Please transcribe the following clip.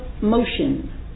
motion